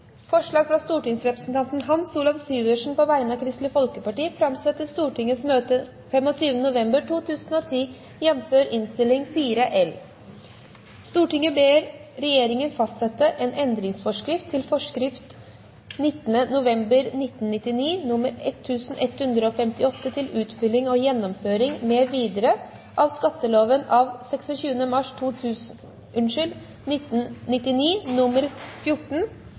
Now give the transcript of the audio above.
forslag fra Kristelig Folkeparti framsatt i Stortingets møte 25. november 2010: «Stortinget ber regjeringen fastsette en endringsforskrift til forskrift 19. november 1999 nr. 1158 til utfylling og gjennomføring mv. av skatteloven av 26. mars 1999 nr. 14,